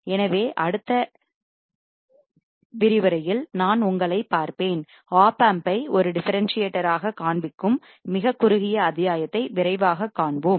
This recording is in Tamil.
எனவே அடுத்த விரிவுரை இல் நான் உங்களைப் பார்ப்பேன் ஓப்பம்பை ஒரு டிஃபரன்ஸ்சியேட்டர் ஆக காண்பிக்கும் மிகக் குறுகிய அத்தியாயத்தை விரைவாக காண்போம்